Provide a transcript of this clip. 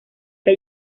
que